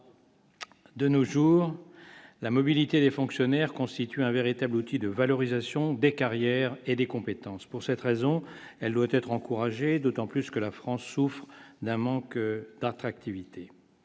de nos jours la mobilité des fonctionnaires constituent un véritable outil de valorisation des carrières et des compétences, pour cette raison, elle doit être encouragé, d'autant plus que la France souffre d'un manque d'attractivité,